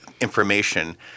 information